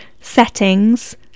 settings